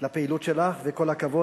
לפעילות שלך, וכל הכבוד.